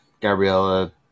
Gabriella